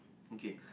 okay